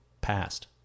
passed